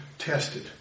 tested